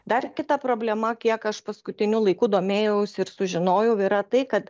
dar kita problema kiek aš paskutiniu laiku domėjausi ir sužinojau yra tai kad